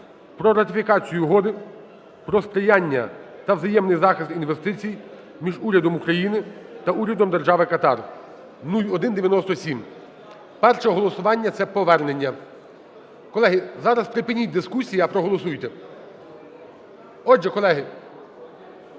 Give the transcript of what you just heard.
про ратифікацію Угоди про сприяння та взаємний захист інвестицій між Урядом України та Урядом Держави Катар (0197). Перше голосування – це повернення. Колеги, зараз припиніть дискусії, а проголосуйте. Отже, колеги,